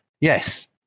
Yes